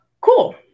Cool